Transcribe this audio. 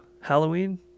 Halloween